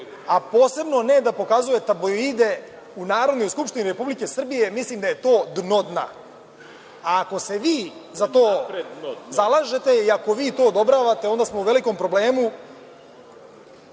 a posebno ne da pokazuje tabloide u Narodnoj skupštini Republike Srbije. Mislim da je to dno dna. Ako se vi za to zalažete, ako vi to odobravate, onda smo u velikom problemu.